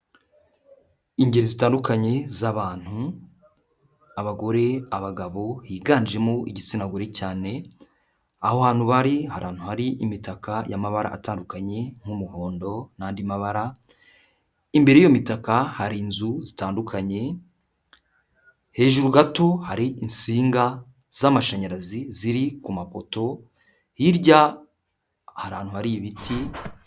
Ingeri zitandukanye z'abantu abagore, abagabo, higanjemo igitsina gore cyane, aho hantu bari hari ahantu hari imitaka y'amabara atandukanye nk'umuhondo n'andi mabara imbere y'iyo mitaka hari inzu zitandukanye hejuru gato hari insinga z'amashanyarazi ziri ku mapoto hirya hari ahantu hari ibiti.